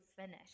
finish